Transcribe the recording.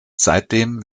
seitdem